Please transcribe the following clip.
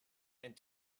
and